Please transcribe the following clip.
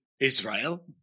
Israel